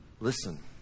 Listen